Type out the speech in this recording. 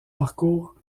parcours